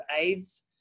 AIDS